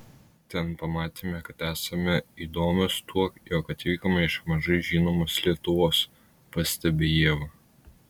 ten pamatėme kad esame įdomios tuo jog atvykome iš mažai žinomos lietuvos pastebi ieva